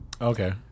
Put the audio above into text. Okay